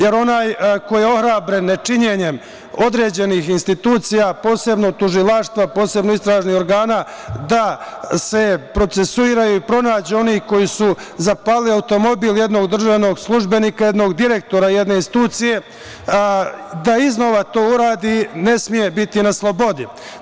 Jer, onaj koji je ohrabren nečinjenjem određenih institucija, posebno tužilaštva, posebno istražnih organa, da se procesuiraju i pronađu oni koji su zapalili automobil jednog državnog službenika, jednog direktora jedne institucije, da iznova to uradi, ne sme biti na slobodi.